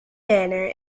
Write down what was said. manor